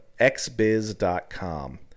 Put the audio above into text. xbiz.com